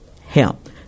help